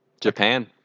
Japan